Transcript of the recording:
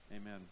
Amen